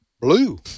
blue